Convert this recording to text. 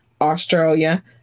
Australia